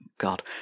god